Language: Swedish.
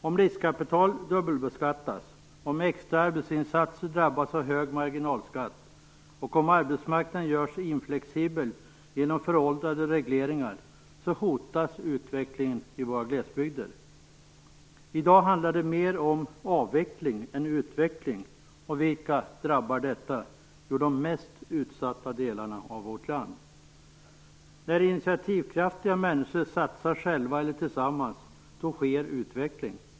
Om riskkapital dubbelbeskattas, om extra arbetsinsatser drabbas av hög marginalskatt, och om arbetsmarknaden görs inflexibel genom föråldrade regleringar hotas utvecklingen i våra glesbygder. I dag handlar det mer om avveckling än utveckling, och vilka drabbar detta? Jo, de mest utsatta delarna av vårt land. När initiativkraftiga människor satsar själva eller tillsammans, då sker en utveckling.